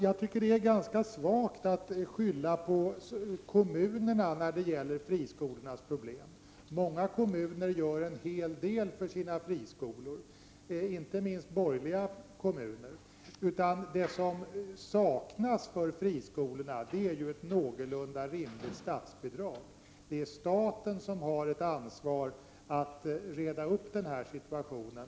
Jag tycker det är ganska svagt att skylla på kommunerna när det gäller friskolornas problem. Många kommuner gör en hel del för sina friskolor, inte minst borgerliga kommuner. Det som saknas för friskolorna är ju ett någorlunda rimligt statsbidrag. Det är staten som har ett ansvar att reda upp den här situationen.